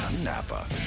Napa